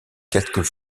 quelques